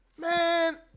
man